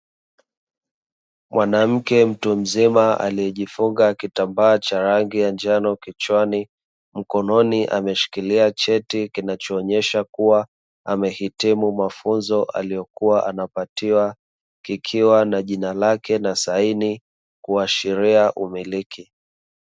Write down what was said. Mwanamke mtu mzima aliyejifunga kitambaa cha rangi ya njano kichwani, mkononi ameshikilia cheti kinachoonyesha kuwa amehitimu mafunzo aliyokuwa anapatiwa; kikiwa na jina lake na saini kuashiria umiliki.